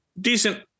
Decent